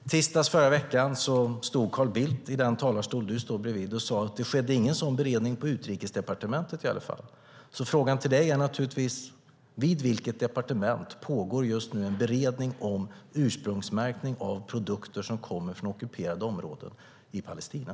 I tisdags i förra veckan stod Carl Bildt i talarstolen här och sade att det inte skedde någon sådan beredning på Utrikesdepartementet i alla fall. Frågan till dig är naturligtvis: Vid vilket departement pågår just nu en beredning om ursprungsmärkning av produkter som kommer från ockuperade områden i Palestina?